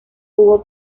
jugó